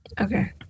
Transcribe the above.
okay